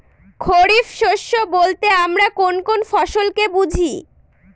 খরিফ শস্য বলতে আমরা কোন কোন ফসল কে বুঝি?